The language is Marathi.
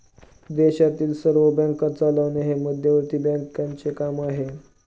देशातील सर्व बँका चालवणे हे मध्यवर्ती बँकांचे काम आहे